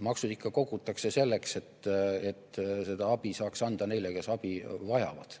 Maksud kogutakse ikka selleks, et saaks anda abi neile, kes abi vajavad,